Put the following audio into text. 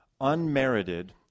unmerited